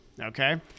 okay